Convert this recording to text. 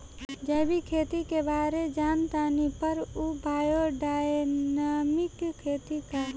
जैविक खेती के बारे जान तानी पर उ बायोडायनमिक खेती का ह?